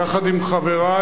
יחד עם חברי,